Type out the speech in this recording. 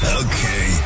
okay